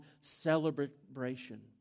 celebration